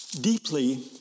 deeply